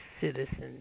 citizens